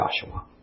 Joshua